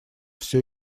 все